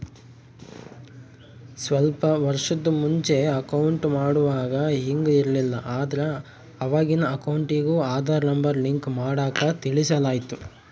ಸ್ವಲ್ಪ ವರ್ಷುದ್ ಮುಂಚೆ ಅಕೌಂಟ್ ಮಾಡುವಾಗ ಹಿಂಗ್ ಇರ್ಲಿಲ್ಲ, ಆದ್ರ ಅವಾಗಿನ್ ಅಕೌಂಟಿಗೂ ಆದಾರ್ ನಂಬರ್ ಲಿಂಕ್ ಮಾಡಾಕ ತಿಳಿಸಲಾಯ್ತು